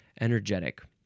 Energetic